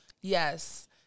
yes